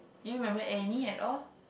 do you remember any at all